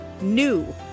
NEW